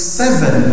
seven